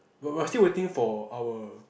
but we're still waiting for our